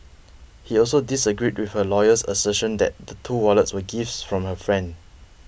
he also disagreed with her lawyer's assertion that the two wallets were gifts from her friend